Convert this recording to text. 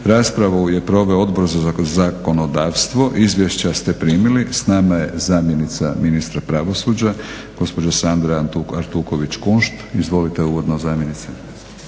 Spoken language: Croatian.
Raspravu je proveo odbor za zakonodavstvo. Izvješća ste primili. S nama je zamjenica ministra pravosuđa gospođa Sandra Artuković Kunšt. Izvolite uvodno zamjenice.